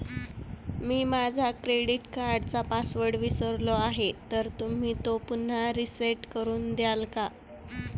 मी माझा क्रेडिट कार्डचा पासवर्ड विसरलो आहे तर तुम्ही तो पुन्हा रीसेट करून द्याल का?